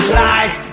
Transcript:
lies